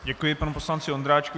Děkuji panu poslanci Ondráčkovi.